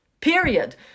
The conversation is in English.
period